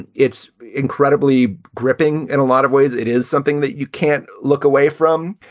and it's incredibly gripping. and a lot of ways it is something that you can't look away from.